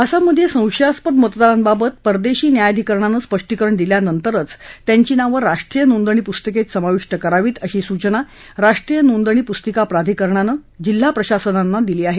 आसाममधे संशयास्पद मतदारांबाबत परदेशी न्यायाधिकरणानं स्पष्टीकरण दिल्यानंतर त्यांची नावं राष्ट्रीय नोंदणी पुस्तिकेत समाविष्ट करावीत अशी सूचना राष्ट्रीय नोंदणी पुस्तिका प्राधिकरणानं जिल्हाप्रशासनांना दिली आहे